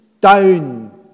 down